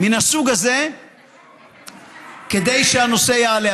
מהסוג הזה כדי שהנושא יעלה.